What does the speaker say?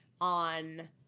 on